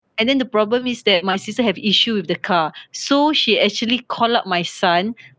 and then the problem is that my sister have issue with the car so she actually call up my son